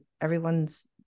Everyone's